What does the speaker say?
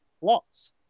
Lots